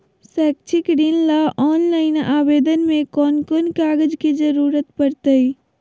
शैक्षिक ऋण ला ऑनलाइन आवेदन में कौन कौन कागज के ज़रूरत पड़तई?